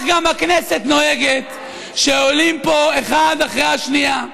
כך גם הכנסת נוהגת, כשעולים פה האחד אחרי השנייה,